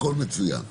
הכול מצוין.